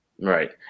Right